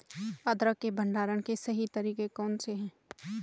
अदरक के भंडारण के सही तरीके कौन से हैं?